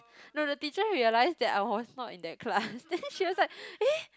no the teacher realised that I was not in that class then she was like eh